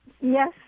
Yes